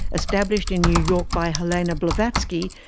established in new york by helena blavatsky,